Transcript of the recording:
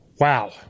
Wow